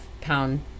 pound